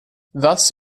thus